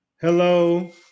Hello